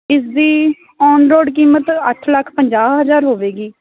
ਇਸ ਦੀ on road ਕੀਮਤ ਅੱਠ ਲੱਖ ਹਜ਼ਾਰ ਹੋਵੇਗੀ